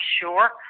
sure